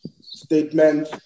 Statement